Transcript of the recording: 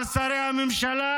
על שרי הממשלה,